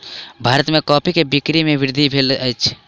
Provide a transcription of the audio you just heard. भारत में कॉफ़ी के बिक्री में वृद्धि भेल अछि